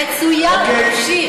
מצוין, תמשיך.